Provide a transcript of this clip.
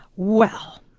well,